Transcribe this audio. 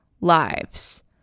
lives